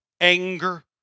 anger